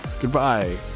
Goodbye